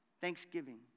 Thanksgiving